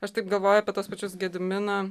aš taip galvoju apie tuos pačius gediminą